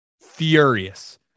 furious